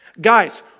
Guys